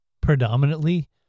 predominantly